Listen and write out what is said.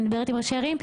ומדברת עם ראשי ערים,